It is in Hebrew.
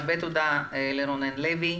הרבה תודה לרונן לוי.